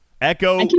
Echo